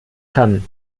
kann